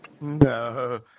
No